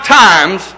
times